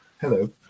hello